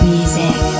Music